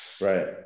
Right